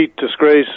disgrace